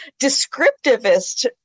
Descriptivist